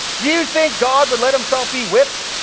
you think god would let himself be whipped?